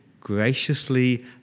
graciously